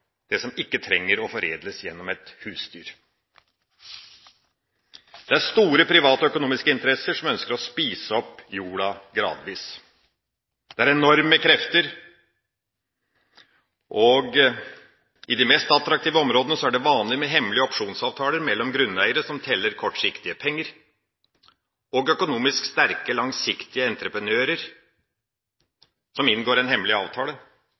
det som ikke trenger å foredles gjennom et husdyr. Det er store, private økonomiske interesser som ønsker å spise opp jorda gradvis. Det er enorme krefter. I de mest attraktive områdene er det vanlig med hemmelige opsjonsavtaler mellom grunneiere som teller kortsiktige penger, og økonomisk sterke, langsiktige entreprenører som inngår en hemmelig avtale,